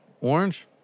Orange